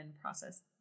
process